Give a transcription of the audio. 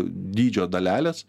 dydžio dalelės